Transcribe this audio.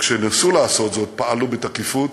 כשניסו לעשות זאת פעלנו בתקיפות,